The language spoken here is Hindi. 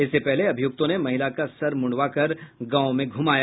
इससे पहले अभियुक्तों ने महिला का सर मुड़वाकर गांव में घुमाया